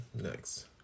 Next